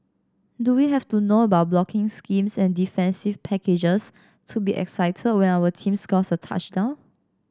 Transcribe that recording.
do we have to know about blocking schemes and defensive packages to be excited when our team scores a touchdown